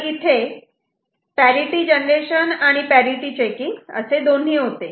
तर इथे parity generation आणि पॅरिटि चेकिंग असे दोन्ही होते